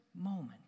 moment